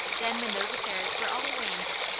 then when those affairs were all arranged,